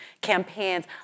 campaigns